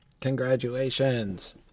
Congratulations